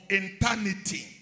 eternity